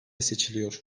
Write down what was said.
seçiliyor